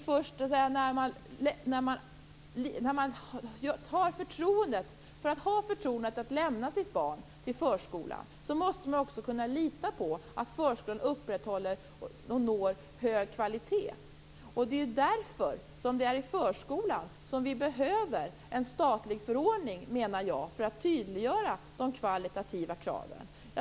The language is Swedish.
För att ha förtroendet att lämna sitt barn till förskolan måste man kunna lita på att förskolan upprätthåller och når en hög kvalitet. Det är därför vi behöver en statlig förordning för förskolan, för att tydliggöra de kvalitativa kraven.